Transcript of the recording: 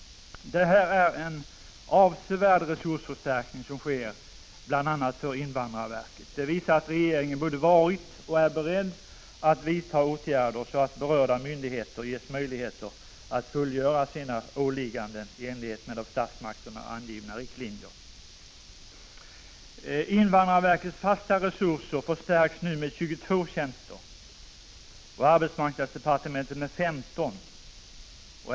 Det är en avsevärd resursförstärkning som sker, bl.a. för invandrarverket. Det visar att regeringen både varit och är — Prot. 1985/86:50 beredd att vidta åtgärder så att berörda myndigheter ges möjlighet att 12 december 1985 fullgöra sina åligganden i enlighet med av statsmakterna angivna riktlinjer. = 00 GR St Invandrarverkets fasta resurser förstärks nu med 22 tjänster och arbetsmarknadsdepartementets med 15.